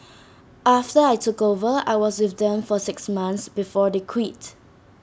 after I took over I was with them for six months before they quit